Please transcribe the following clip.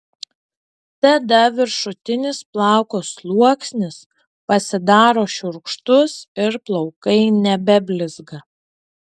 tada viršutinis plauko sluoksnis pasidaro šiurkštus ir plaukai nebeblizga